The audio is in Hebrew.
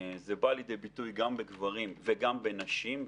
זה בא לידי ביטוי גם בגברים וגם בנשים,